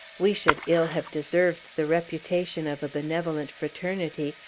we should ill have deserved the reputation of a benevolent fraternity,